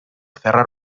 cerrar